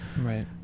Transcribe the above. Right